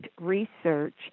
research